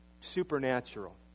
supernatural